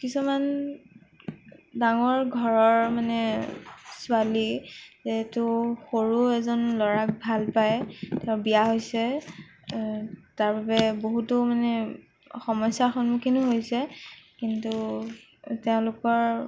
কিছুমান ডাঙৰ ঘৰৰ মানে ছোৱালী এইটো সৰু এজন ল'ৰাক ভাল পাই তেওঁ বিয়া হৈছে তাৰ বাবে বহুতো মানে সমস্যাৰ সন্মুখীনো হৈছে কিন্তু তেওঁলোকৰ